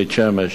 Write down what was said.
בית-שמש,